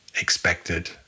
expected